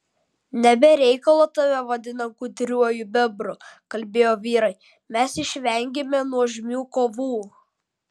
ne be reikalo tave vadina gudriuoju bebru kalbėjo vyrai mes išvengėme nuožmių kovų